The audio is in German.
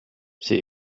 sie